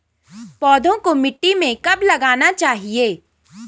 पौधों को मिट्टी में कब लगाना चाहिए?